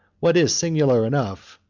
what is singular enough,